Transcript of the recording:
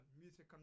music